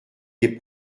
des